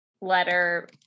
letter